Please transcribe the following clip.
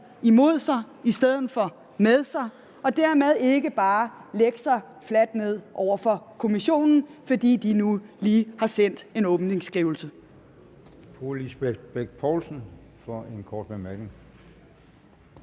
imod sig i stedet for med sig og bør dermed ikke bare lægge sig fladt ned for Kommissionen, fordi Kommissionen nu lige har sendt en åbningsskrivelse.